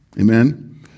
Amen